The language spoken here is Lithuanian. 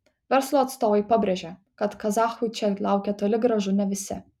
verslo atstovai pabrėžia kad kazachų čia laukia toli gražu ne visi